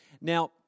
Now